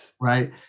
right